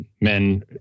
men